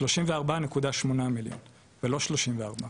34.8 מיליון ולא 34 מיליון.